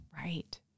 Right